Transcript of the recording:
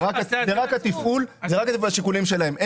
זה רק התפעול והשיקולים שלהם.